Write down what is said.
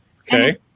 Okay